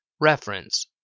reference